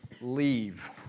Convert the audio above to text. leave